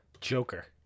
Joker